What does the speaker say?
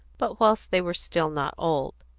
but whilst they were still not old.